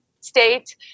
state